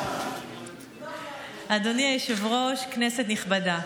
אדוני היושב-ראש, כנסת נכבדה,